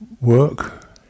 work